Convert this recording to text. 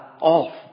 off